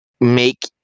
make